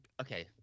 Okay